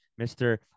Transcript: Mr